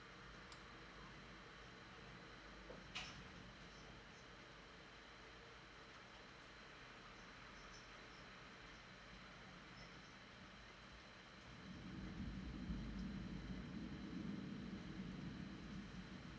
oh mm